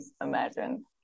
Imagine